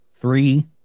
Three